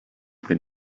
been